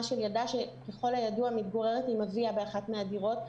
של ילדה שככל הידוע מתגוררת עם אביה באחת הדירות.